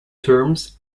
terms